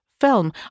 film